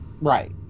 right